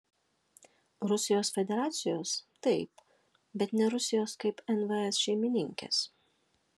rusijos federacijos taip bet ne rusijos kaip nvs šeimininkės